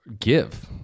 give